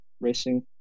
racing